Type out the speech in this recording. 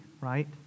right